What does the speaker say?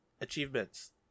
achievements